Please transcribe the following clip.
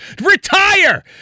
Retire